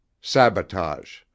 Sabotage